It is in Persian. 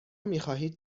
میخواهید